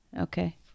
Okay